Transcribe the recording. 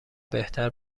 بهتر